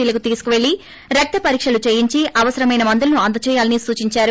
C లకు తీసుకుపెల్లి రక్తపరీక్షలు చేయించి అవసరమైన మందులను అందజేయాలని సూచించారు